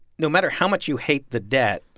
no matter how much you hate the debt,